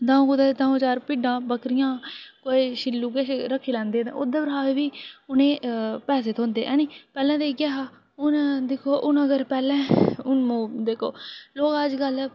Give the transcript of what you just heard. दऊं दऊं चार कुदै भिड्डां बकरियां कोई छिल्लू किश रक्खी लैंदे ओह्दे पर एह् हा कि उ'नेंगी पैसे थ्होंदे ऐ नी पैह्लें ते इ'यै हा हून दिक्खो हून अगर पैह्लें हून दिक्खो लोग अजकल